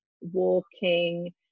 walking